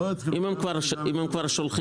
אם הם כבר שולחים.